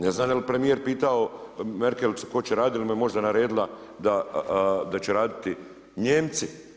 Ne znam jel' premijer pitao Merkelicu tko će raditi ili mu je možda naredila da će raditi Nijemci.